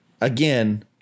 Again